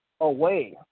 away